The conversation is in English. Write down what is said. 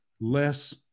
less